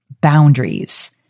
boundaries